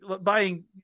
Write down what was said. buying